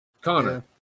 connor